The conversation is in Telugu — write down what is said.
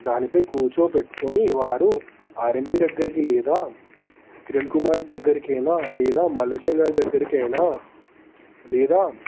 దానిపై కూర్చోబెట్టుకొని వారు ఆర్ఎంపి దగ్గరికి లేదా కిరణ్ కుమార్ దగ్గరికైనా లేదా మల్లేశం గారి దగ్గరికైనా లేదా